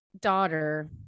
daughter